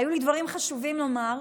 היו לי דברים חשובים לומר,